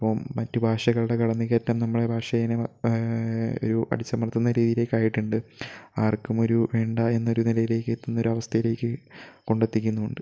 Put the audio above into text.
അപ്പോൾ മറ്റു ഭാഷകളുടെ കടന്ന് കയറ്റം നമ്മുടെ ഭാഷയെ ഒരു അടിച്ചമർത്തുന്ന രീതിയിലേക്കായിട്ടുണ്ട് ആർക്കും ഒരു വേണ്ട എന്ന ഒരു നിലയിലേക്ക് എത്തുന്ന ഒരവസ്ഥയിലേക്ക് കൊണ്ടെത്തിക്കുന്നുമുണ്ട്